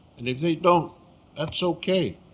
and if they don't that's okay